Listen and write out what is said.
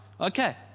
Okay